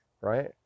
right